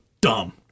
dumb